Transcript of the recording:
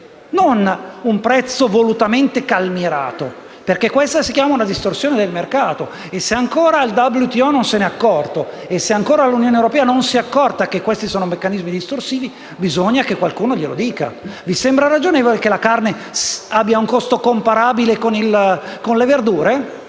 non un prezzo volutamente calmierato, perché questa si chiama distorsione del mercato. E se ancora il WTO non se ne è accorto, se ancora l'Unione europea non si è accorta che questi sono meccanismi distorsivi, bisogna che qualcuno li avverta. Vi sembra ragionevole che la carne abbia un costo comparabile a quello delle verdure?